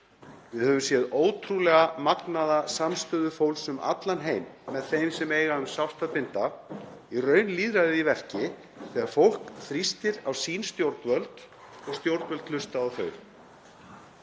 Við höfum séð ótrúlega magnaða samstöðu fólks um allan heim með þeim sem á um sárt að binda, í raun lýðræði í verki þegar fólk þrýstir á sín stjórnvöld og stjórnvöld hlusta á þau.